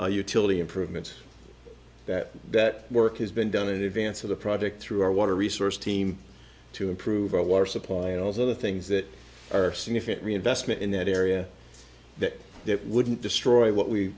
utility improvements that that work has been done in advance of the project through our water resource team to improve our water supply and all the things that are significant reinvestment in that area that that wouldn't destroy what we